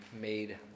made